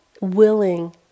willing